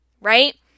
right